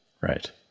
Right